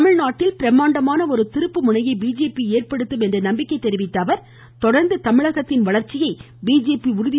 தமிழ்நாட்டில் பிரம்மாண்டமான ஒரு திருப்புமுனையை பிஜேபி ஏற்படுத்தும் என்று நம்பிக்கை தெரிவத்த அவர் தொடர்ந்து தமிழகத்தின் வளர்ச்சியை பிஜேபி உறுதி செய்யும் என்றார்